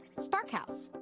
sparkhouse.